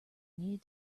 needed